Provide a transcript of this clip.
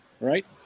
right